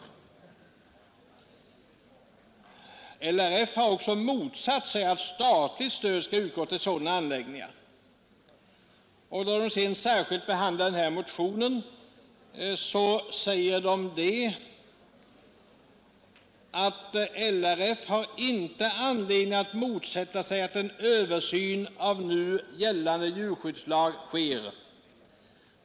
LRF har också motsatt sig att statligt stöd skall utgå till sådana anläggningar.” När man sedan särskilt behandlar den här motionen, säger man: ”LRF har inte anledning att motsätta sig att en översyn av nu gällande djurskyddslag sker.